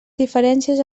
diferències